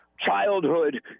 childhood